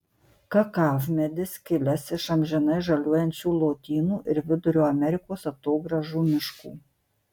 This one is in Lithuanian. kakavmedis kilęs iš amžinai žaliuojančių lotynų ir vidurio amerikos atogrąžų miškų